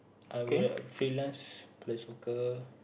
I will free lance play soccer